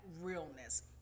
realness